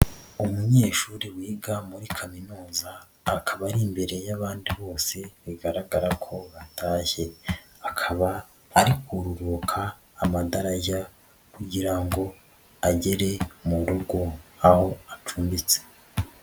Umunyeshuri wiga muri kaminuza akaba ari imbere y'abandi bose bigaragara ko batashye, akaba ari kururuuka amadarajya kugira ngo agere mu rugo aho acumbitse.